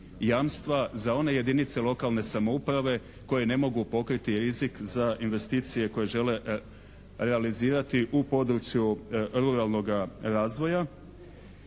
jamstva za one jedinice lokalne samouprave koje ne mogu pokriti rizik za investicije koje žele realizirati u području ruralnoga razvoja